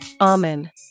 Amen